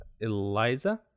Eliza